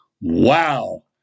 Wow